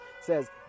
says